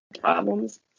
problems